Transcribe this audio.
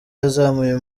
yazamuye